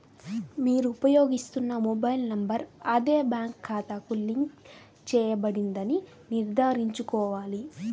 మీరు ఉపయోగిస్తున్న mobile number అదే బ్యాంక్ ఖాతాకు లింక్ చేయబడిందని నిర్ధారించుకోవాలి